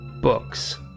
books